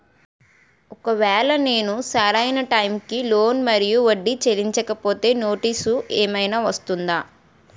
ఒకవేళ నేను సరి అయినా టైం కి లోన్ మరియు వడ్డీ చెల్లించకపోతే నోటీసు ఏమైనా వస్తుందా?